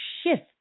shift